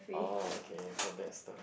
oh okay so that's the